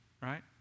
right